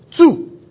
Two